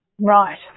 Right